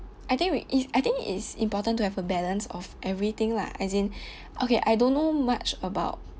I think we it's I think it's important to have a balance of everything lah as in okay I don't know much about